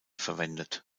verwendet